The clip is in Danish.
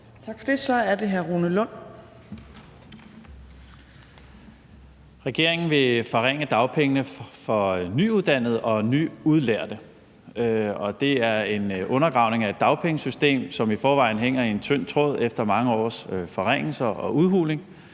Regeringen vil forringe dagpengene for nyuddannede og nyudlærte. Det er en undergravning af et dagpengesystem, som i forvejen hænger i en tynd tråd efter mange års forringelser og udhuling.